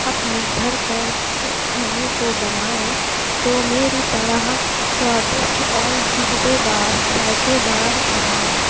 اپنے گھر پر اس کھانے کو بنائیں تو میری طرح سوادشٹھ اور مزے دار ذائقے دار بنائیں